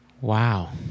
Wow